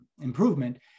improvement